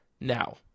Now